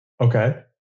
okay